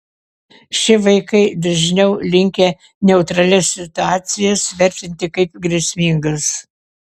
šie vaikai dažniau linkę neutralias situacijas vertinti kaip grėsmingas